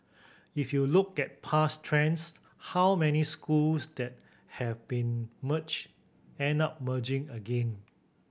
if you look at past trends how many schools that have been merged end up merging again